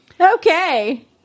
Okay